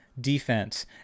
defense